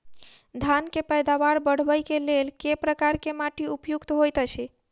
धान केँ पैदावार बढ़बई केँ लेल केँ प्रकार केँ माटि उपयुक्त होइत अछि?